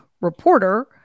reporter